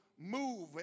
move